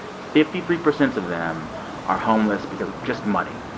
fifty three percent of them are homeless because of just money.